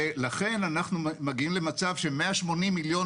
ולכן אנחנו מגיעים למצב ש-180 מיליון